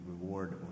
reward